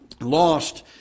lost